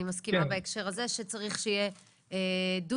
אני מסכימה בהקשר הזה שצריך שיהיה דו